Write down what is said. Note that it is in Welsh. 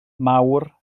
mawr